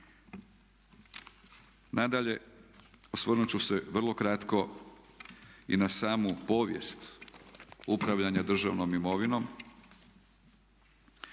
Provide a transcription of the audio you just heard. Nadalje osvrnut ću se vrlo kratko i na samu povijest upravljanja državnom imovinom